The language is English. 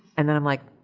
and then i'm like,